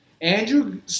Andrew